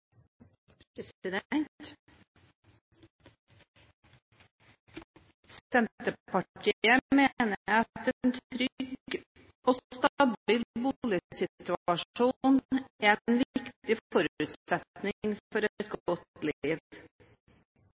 Senterpartiet mener at en trygg og stabil boligsituasjon er en viktig forutsetning for et